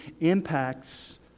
impacts